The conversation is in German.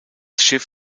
schiff